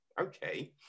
okay